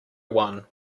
one